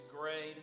grade